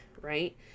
Right